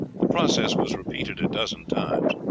the process was repeated a dozen times.